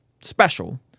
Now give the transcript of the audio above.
special